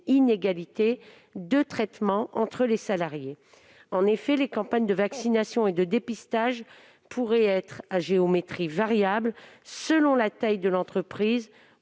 inégalité de traitement entre les salariés. En effet, les campagnes de vaccination et de dépistage pourraient être à géométrie variable, selon la taille de l'entreprise